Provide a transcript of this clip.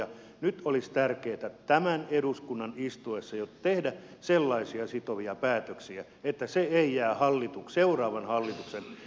nyt olisi tärkeätä jo tämän eduskunnan istuessa tehdä sellaisia sitovia päätöksiä että ne eivät jää seuraavan hallituksen hoidettaviksi